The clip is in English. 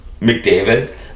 McDavid